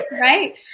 right